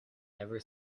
never